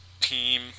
team